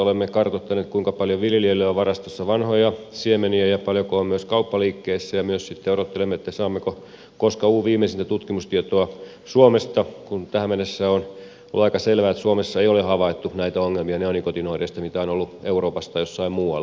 olemme kartoittaneet kuinka paljon viljelijöillä on varastossa vanhoja siemeniä ja paljonko on myös kauppaliikkeissä ja sitten myös odottelemme koska saamme viimeisintä tutkimustietoa suomesta kun tähän mennessä on ollut aika selvää että suomessa ei ole havaittu näitä ongelmia neonikotinoideista mitä on ollut euroopassa tai jossain muualla